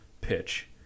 pitch